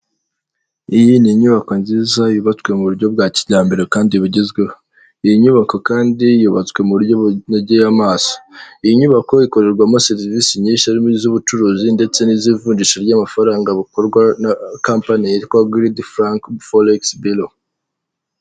Iyi ni inyubako nziza yubatswe mu buryo bwa kijyambere kandi yubatswe mu buryo bugezweho iyi nyubako kandi yubatswe mu buryo bunogeye amaso iyi nyubako ikorerwamo serivisi nyinshi z'ubucuruzi ndetse n'ivunjisha ry'amafaranga bukorwa na company yitwa guld frank forex bureau .